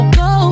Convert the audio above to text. go